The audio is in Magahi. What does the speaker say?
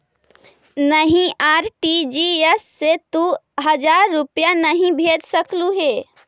नहीं, आर.टी.जी.एस से तू हजार रुपए नहीं भेज सकलु हे